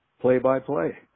play-by-play